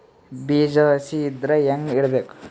ಬೀಜ ಹಸಿ ಇದ್ರ ಹ್ಯಾಂಗ್ ಇಡಬೇಕು?